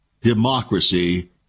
democracy